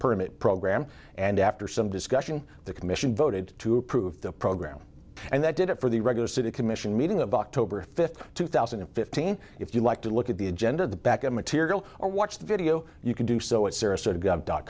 permit program and after some discussion the commission voted to approve the program and that did it for the regular city commission meeting of october fifth two thousand and fifteen if you like to look at the agenda at the back of material or watch the video you can do so it